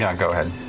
yeah go ahead.